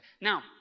Now